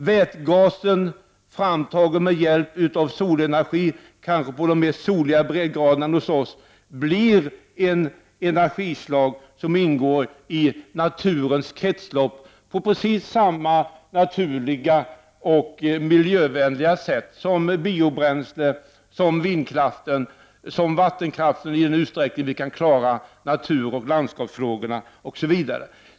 Vätgas framtagen med hjälp av solenergi, kanske mer på soligare breddgrader än hos oss, blir ett energislag som ingår i naturens kretslopp på precis samma naturliga och miljövänliga sätt som biobränsle, vindkraft och vattenkraft. Den skall dock användas i en utsträckning som gör att vi inte fördärvar landskapet.